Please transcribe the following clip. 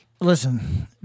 Listen